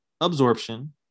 absorption